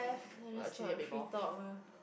I just thought free talk mah